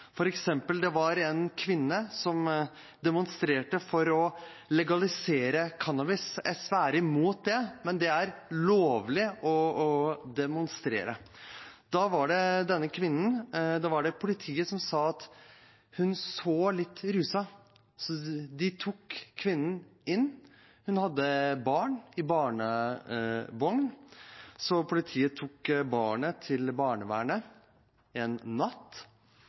var det en kvinne som demonstrerte for å legalisere cannabis – SV er imot det, men det er lovlig å demonstrere – som politiet mente så litt ruset ut, så de tok kvinnen inn. Hun hadde barn i barnevogn, så politiet tok barnet til barnevernet en natt.